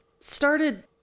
started